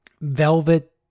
Velvet